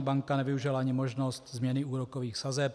ČNB nevyužila ani možnost změny úrokových sazeb.